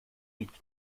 und